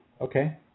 Okay